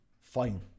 fine